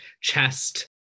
chest